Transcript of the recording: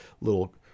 little